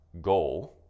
goal